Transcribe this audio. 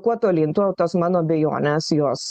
kuo tolyn tuo tos mano abejonės jos